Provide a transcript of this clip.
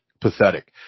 pathetic